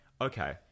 okay